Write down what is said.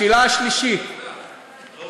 השאלה השלישית,